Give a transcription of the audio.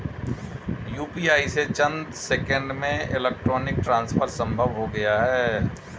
UPI से चंद seconds में इलेक्ट्रॉनिक ट्रांसफर संभव हो गया है